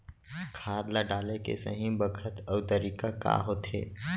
खाद ल डाले के सही बखत अऊ तरीका का होथे?